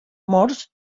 morts